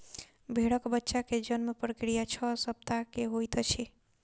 भेड़क बच्चा के जन्म प्रक्रिया छह सप्ताह के होइत अछि